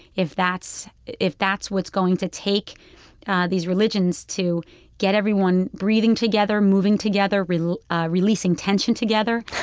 if that's if that's what's going to take these religions to get everyone breathing together, moving together, releasing ah releasing tension together,